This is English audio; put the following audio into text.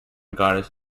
goddess